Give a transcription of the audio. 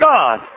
God